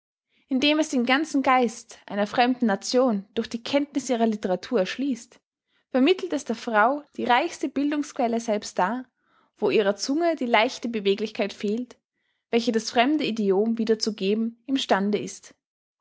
indem es den ganzen geist einer fremden nation durch die kenntniß ihrer literatur erschließt vermittelt es der frau die reichste bildungsquelle selbst da wo ihrer zunge die leichte beweglichkeit fehlt welche das fremde idiom wiederzugeben im stande ist